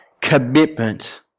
commitment